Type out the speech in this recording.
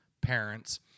parents